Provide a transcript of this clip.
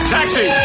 Taxi